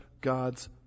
God's